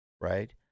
right